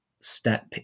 step